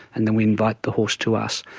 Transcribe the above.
and then we invite the horse to us.